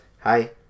Hi